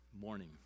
morning